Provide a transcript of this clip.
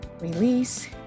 release